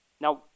Now